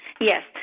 Yes